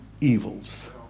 evils